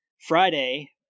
friday